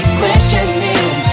questioning